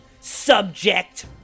subject